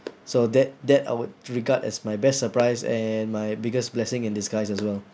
so that that I would regard as my best surprise and my biggest blessing in disguise as well